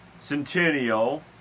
Centennial